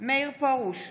מאיר פרוש,